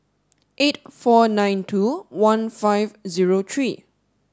eight four nine two one five zero three